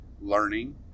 learning